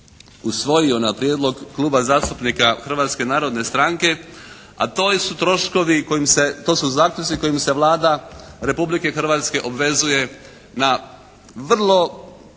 usvojio na prijedlog Kluba zastupnika Hrvatske narodne stranke a to su troškovi, to su zaključci kojim se Vlada Republike Hrvatske obvezuje na vrlo